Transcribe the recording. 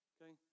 Okay